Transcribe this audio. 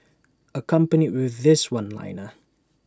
accompanied with this one liner